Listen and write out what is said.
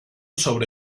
sobre